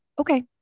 okay